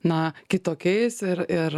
na kitokiais ir ir